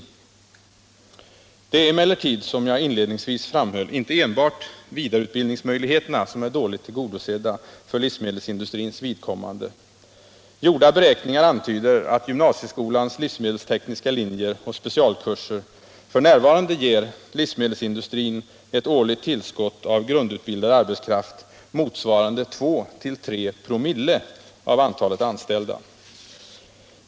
Det är emellertid, som jag inledningsvis framhöll, inte enbart vidareutbildningsmöjligheterna som är dåligt tillgodosedda för livsmedelsindustrins vidkommande. Gjorda beräkningar antyder att gymnasieskolans livsmedelstekniska linje och specialkurser f. n. ger livsmedelsindustrin ett årligt tillskott av grundutbildad arbetskraft motsvarande 2-3 ?/00 av antalet anställda.